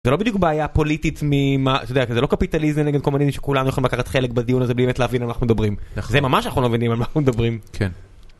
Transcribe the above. זה לא בדיוק בעיה פוליטית ממה שזה אתה יודע, זה לא קפיטליזם נגד קומוניזם שכולם יכולים לקחת חלק בדיון הזה בלי באמת להבין על מה אנחנו מדברים, זה ממש אנחנו לא מבינים על מה אנחנו מדברים.